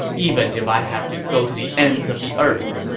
even if i have to go to the ends of the earth.